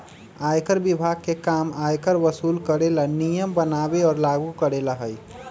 आयकर विभाग के काम आयकर वसूल करे ला नियम बनावे और लागू करेला हई